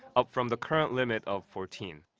up from the current limit of fourteen.